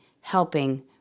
helping